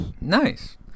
nice